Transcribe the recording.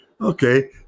Okay